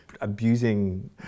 abusing